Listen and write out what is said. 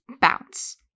bounce